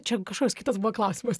čia kažkoks kitas buvo klausimas